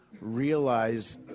realize